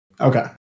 Okay